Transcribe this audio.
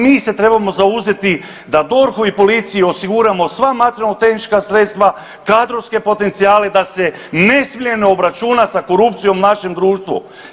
Mi se trebamo zauzeti da DORH-u i policiji osiguramo sva materijalno tehnička sredstva i kadrovske potencijale da se nesmiljeno obračuna sa korupcijom u našem društvu.